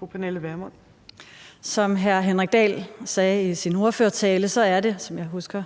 hr. Henrik Dahl sagde i sin ordførertale, er det, som jeg husker